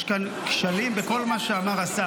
יש כאן כשלים בכל מה שאמר השר.